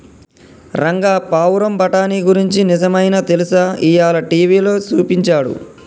రంగా పావురం బఠానీ గురించి నిజమైనా తెలుసా, ఇయ్యాల టీవీలో సూపించాడు